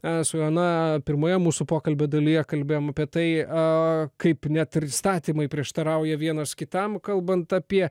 su joana pirmoje mūsų pokalbio dalyje kalbėjom apie tai kaip net ir įstatymai prieštarauja vienas kitam kalbant apie